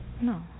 no